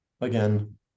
again